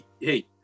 hey